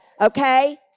okay